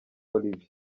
olivier